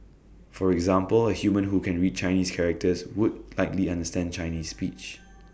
for example A human who can read Chinese characters would likely understand Chinese speech